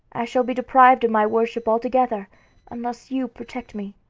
i shall be deprived of my worship altogether unless you protect me.